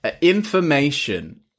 information